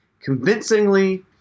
convincingly